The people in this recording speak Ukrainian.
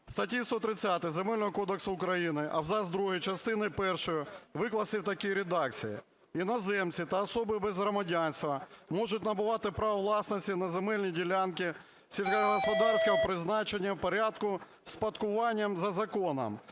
кодексу України абзац другий частини першої викласти в такій редакції: "Іноземці та особи без громадянства можуть набувати право власності на земельні ділянки сільськогосподарського призначення в порядку спадкування за законом,